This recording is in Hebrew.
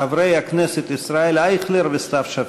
חברי הכנסת ישראל אייכלר וסתיו שפיר.